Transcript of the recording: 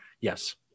Yes